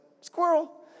squirrel